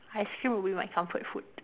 ice cream would be my comfort food